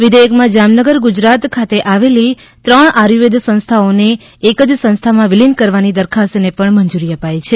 વિધેયકમાં જામનગર ગુજરાત ખાતે આવેલી ત્રણ આયુર્વેદ સંસ્થાઓને એક જ સંસ્થામાં વિલિન કરવાની દરખાસ્તને પણ મંજૂરી અપાઈ છે